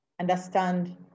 understand